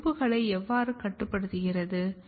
அவை உறுப்புகளை எவ்வாறு கட்டுப்படுத்துகிறது